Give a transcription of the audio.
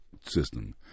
system